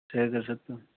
share कर सकते हैं